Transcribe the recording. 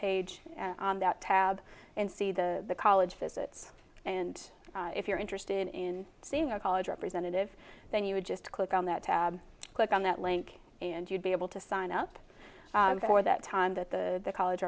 page that tab and see the college visits and if you're interested in seeing a college representative then you would just click on that tab click on that link and you'd be able to sign up for that time that the college